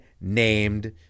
named